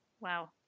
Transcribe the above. Wow